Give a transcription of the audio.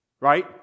Right